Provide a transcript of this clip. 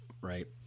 Right